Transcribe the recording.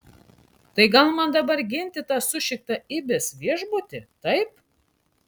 tai gal man dabar ginti tą sušiktą ibis viešbutį taip